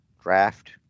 draft